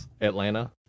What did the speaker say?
Atlanta